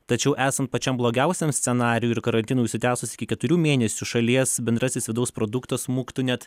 tačiau esant pačiam blogiausiam scenarijui ir karantinui užsitęsus iki keturių mėnesių šalies bendrasis vidaus produktas smuktų net